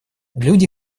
люди